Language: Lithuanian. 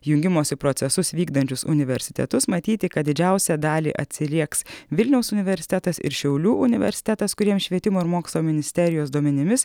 jungimosi procesus vykdančius universitetus matyti kad didžiausią dalį atsirieks vilniaus universitetas ir šiaulių universitetas kuriems švietimo ir mokslo ministerijos duomenimis